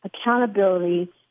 accountability